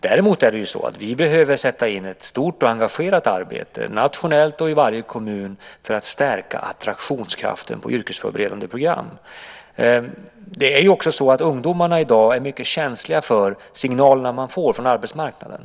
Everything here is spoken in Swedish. Däremot behöver vi sätta in ett stort och engagerat arbete, nationellt och i varje kommun, för att stärka attraktionskraften hos yrkesförberedande program. Ungdomar i dag är också mycket känsliga för de signaler de får från arbetsmarknaden.